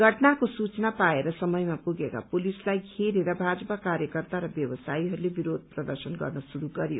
घटनाको सूचना पाएर समयमा पुगेका पुलिसलाई घेरेर भाजपा कार्यकर्ता र व्यावसायीहरूले विरोध प्रदर्शन गर्न श्रुस्त गरयो